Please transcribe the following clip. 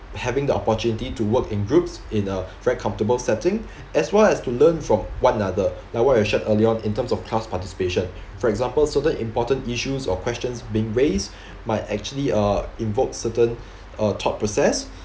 having the opportunity to work in groups in a very comfortable setting as well as to learn from one another now what you shared early on in terms of class participation for example certain important issues or questions being raised might actually uh evoke certain uh thought process